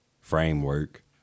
framework